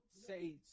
say